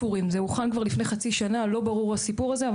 המדינה באופן רציף על הכנת הדוח הזה.